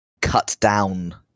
cut-down